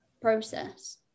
process